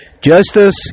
Justice